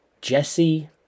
Jesse